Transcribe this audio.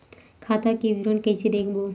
खाता के विवरण कइसे देखबो?